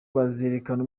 bazerekana